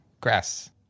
grass